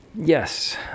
Yes